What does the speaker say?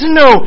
no